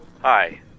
Hi